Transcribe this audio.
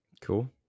Cool